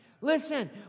Listen